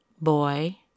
boy